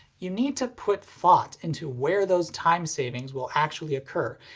you need to put thought into where those time savings will actually occur,